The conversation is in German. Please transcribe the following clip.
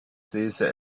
diese